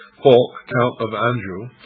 fulk, count of anjou,